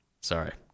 Sorry